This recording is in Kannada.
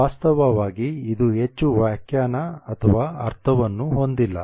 ವಾಸ್ತವವಾಗಿ ಇದು ಹೆಚ್ಚು ವ್ಯಾಖ್ಯಾನ ಅಥವಾ ಅರ್ಥವನ್ನು ಹೊಂದಿಲ್ಲ